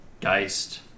geist